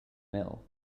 meal